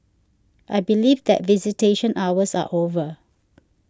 I believe that visitation hours are over